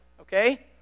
okay